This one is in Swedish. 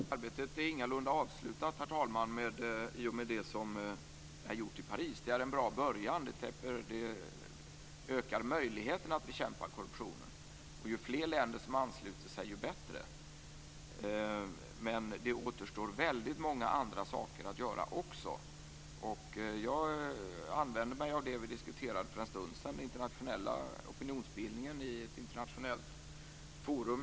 Herr talman! Arbetet är ingalunda avslutat i och med det som är gjort i Paris. Det är en bra början. Det ökar möjligheterna att bekämpa korruptionen. Ju fler länder som ansluter sig, desto bättre är det. Men det återstår väldigt många andra saker att göra. Jag använder mig av det vi diskuterade för en stund sedan, dvs. den internationella opinionsbildningen i ett internationellt forum.